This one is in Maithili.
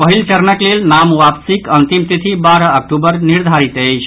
पहिल चरणक लेल नाम वापसिक अंतिम तिथि बारह अक्टूबर निर्धारित अछि